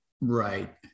right